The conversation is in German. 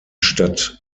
stadt